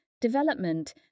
development